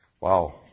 Wow